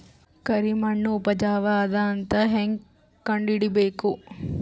ಕರಿಮಣ್ಣು ಉಪಜಾವು ಅದ ಅಂತ ಹೇಂಗ ಕಂಡುಹಿಡಿಬೇಕು?